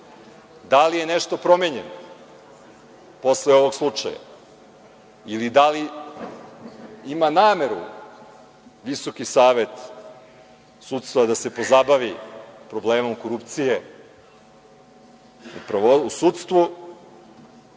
da li je nešto promenjeno posle ovog slučaja ili da li ima nameru Visoki savet sudstva da se pozabavi problemom korupcije u sudstvu,